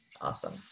awesome